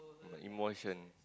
emotion